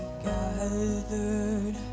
gathered